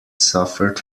suffered